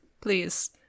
please